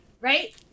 right